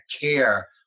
care